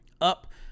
Up